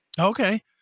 Okay